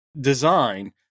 design